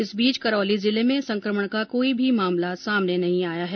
इस बीच करौली जिले में संक्रमण का कोई भी मामला सामने नहीं आया है